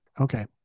Okay